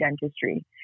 dentistry